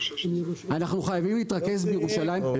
אנחנו חייבים להתרכז בירושלים?